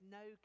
no